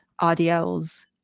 RDLs